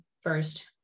first